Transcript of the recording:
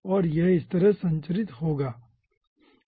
और यह इस तरह संरचित होगा